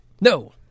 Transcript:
No